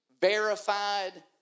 verified